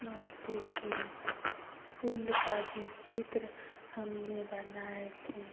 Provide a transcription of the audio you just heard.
और देखे फूल का भी चित्र हमने बनाए थे